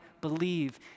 believe